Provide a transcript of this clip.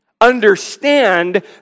Understand